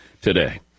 today